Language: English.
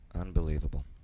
Unbelievable